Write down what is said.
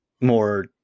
more